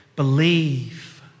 believe